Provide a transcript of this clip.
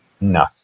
No